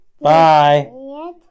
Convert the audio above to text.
Bye